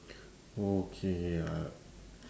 okay uh